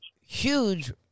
huge